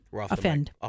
offend